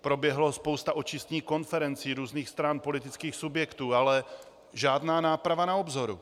Proběhla spousta očistných konferencí různých stran, politických subjektů, ale žádná náprava na obzoru!